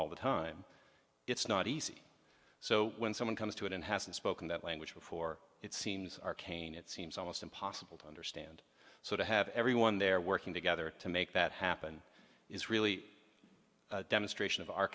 all the time it's not easy so when someone comes to it and hasn't spoken that language before it seems arcane it seems almost impossible to understand so to have everyone there working together to make that happen is really a demonstration of our